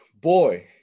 boy